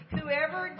Whoever